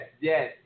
yes